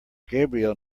gabriel